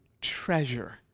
treasure